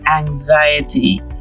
anxiety